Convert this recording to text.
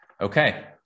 Okay